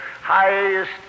highest